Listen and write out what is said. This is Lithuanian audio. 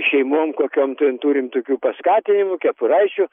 šeimom kokiom ten turim tokių paskatinimų kepuraičių